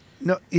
No